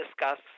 discuss